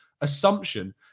assumption